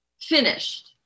finished